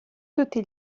tutti